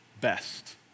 best